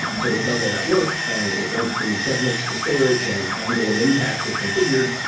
so it does all that work and it writes the new segments to storage and and or memcached if configured,